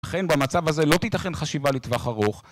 אכן במצב הזה לא תיתכן חשיבה לטווח ארוך